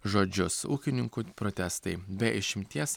žodžius ūkininkų protestai be išimties